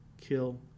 kill